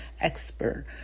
expert